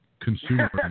consumer